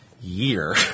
year